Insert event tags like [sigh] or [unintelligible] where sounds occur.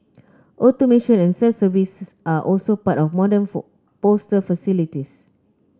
automation and self service are also part of modern [unintelligible] postal facilities